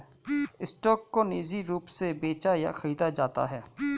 stock को निजी रूप से बेचा या खरीदा जाता है